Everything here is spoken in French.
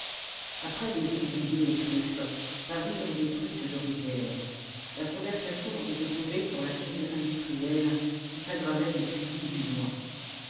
après les oeufs brouillés aux truffes parurent des truites de rivière la conversation était tombée sur la crise industrielle qui s'aggravait depuis dix-huit mois